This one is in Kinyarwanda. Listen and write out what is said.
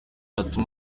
yatuma